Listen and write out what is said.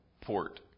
port